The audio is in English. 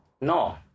no